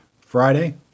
Friday